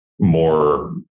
more